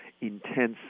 intense